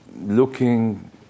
looking